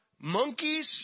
monkeys